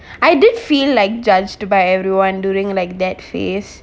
I did feel like judged by everyone during like that phase